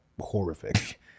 horrific